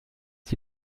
sie